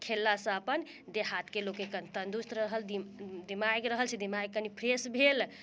खेललासँ अपन देह हाथके लोकके कनी तन्दुरुस्त रहल दिमाग रहै छै दिमाग कनी फ्रेश भेल